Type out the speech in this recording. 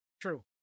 True